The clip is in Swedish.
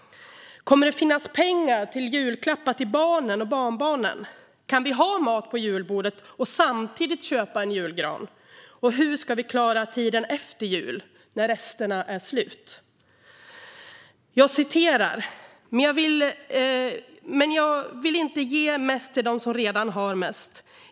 Kommer det att finnas pengar till julklappar till barnen och barnbarnen? Kan vi ha mat på julbordet och samtidigt köpa en julgran? Och hur ska vi klara tiden efter jul när resterna är slut? Jag citerar: "Men jag vill inte ge mest till de som redan har mest.